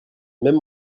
même